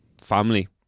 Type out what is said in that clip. family